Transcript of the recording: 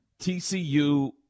TCU